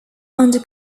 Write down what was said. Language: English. under